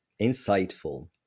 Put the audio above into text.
insightful